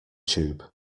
tube